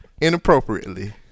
Inappropriately